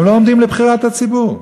הם לא עומדים לבחירת הציבור,